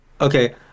Okay